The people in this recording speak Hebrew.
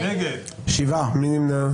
מי נמנע?